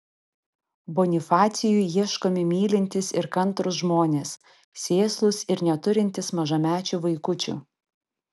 bonifacijui ieškomi mylintys ir kantrūs žmonės sėslūs ir neturintys mažamečių vaikučių